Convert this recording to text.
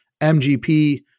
MGP